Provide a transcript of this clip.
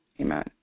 Amen